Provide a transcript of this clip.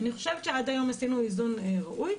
אני חושבת שעד היום עשינו איזון ראוי.